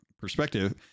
perspective